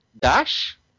Dash